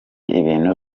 ibintu